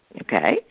Okay